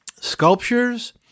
sculptures